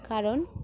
কারণ